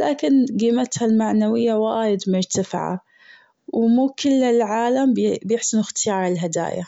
لكن جيمتها المعنوية وايد مختلفه ومو كل العالم بيحسن أختيار الهدايا.